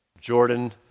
Jordan